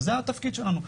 וזה התפקיד שלנו.